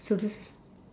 so this